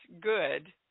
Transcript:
good